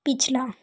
पिछला